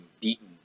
beaten